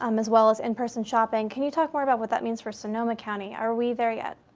um as well as in-person shopping. can you talk more about what that means for sonoma county? are we there yet?